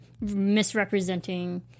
misrepresenting